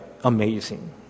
amazing